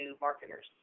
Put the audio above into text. marketers